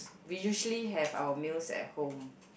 we usually have our meals at home